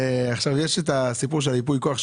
יש את הסיפור של ייפוי כוח,